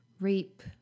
rape